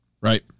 right